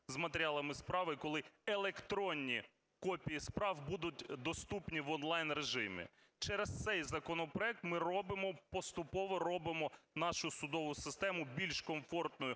з матеріалами справи, коли електронні копії справ будуть доступні в онлайн-режимі. Через цей законопроект ми робимо, поступово робимо нашу судову систему більш комфортною